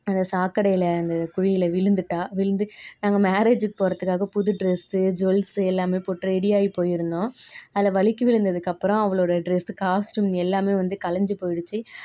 அந்த சாக்கடையில் அந்த குழியில் விழுந்துட்டா விழுந்து நாங்கள் மேரேஜ் போகிறத்துக்காக புது டிரஸு ஜுவெல்ஸு எல்லாமே போட்டு ரெடி ஆகி போயிருந்தோம் அதில் வழுக்கி விழுந்ததுக்கப்புறோம் அவளோடய டிரஸ் காஸ்ட்டியூம் எல்லாமே வந்து கலைஞ்சு போயிடுச்சு